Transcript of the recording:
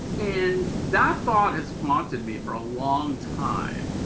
and that thought has haunted me for a long time.